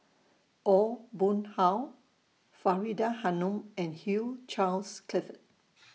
Aw Boon Haw Faridah Hanum and Hugh Charles Clifford